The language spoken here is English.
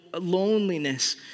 loneliness